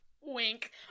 Wink